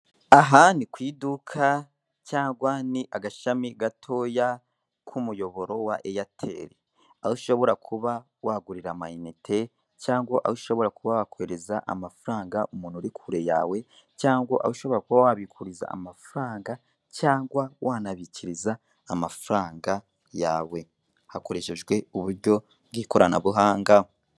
Aha ni ku iduka cyangwa ni agashami gatoya k'umuyoboro wa Eyateri, aho ushobora kuba wagurira amayinite cyangwa aho ushobora kuba wakoherereza amafaranga umuntu uri kure yawe cyangwa aho ushobora kuba wabikuriza amafaranga cyangwa wanabikiriza amafaranga yawe, hakoreshejwe uburyo bw'ikoranabuhanga.